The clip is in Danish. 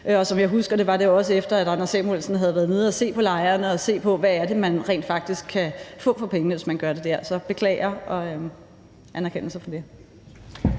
Som jeg husker det, var det også, efter Anders Samuelsen havde været nede at se på lejrene og på, hvad man rent faktisk kan få for pengene, hvis man har det der. Så jeg beklager, anerkendelse for det.